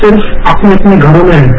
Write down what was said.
सिर्फ अपने अपने घरों में रहकर